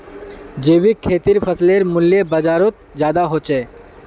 जैविक खेतीर फसलेर मूल्य बजारोत ज्यादा होचे